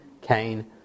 Cain